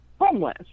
homeless